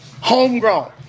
Homegrown